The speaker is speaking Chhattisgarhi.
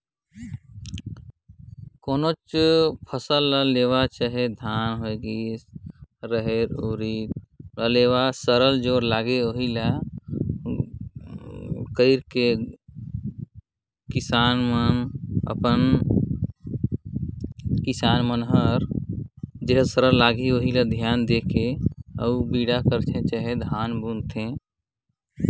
कोनोच फसिल ल लेहे में सरलग कइयो गोट किसान ल कइयो परकार ले सरलग धियान देहे ले परथे